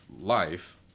life